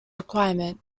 requirement